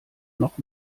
noch